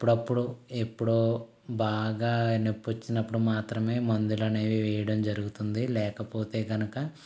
అప్పుడప్పుడు ఎప్పుడో బాగా నొప్పి వచ్చినప్పుడు మాత్రమే మందులనేవి వేయడం జరుగుతుంది లేకపోతే కనుక